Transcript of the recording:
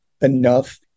enough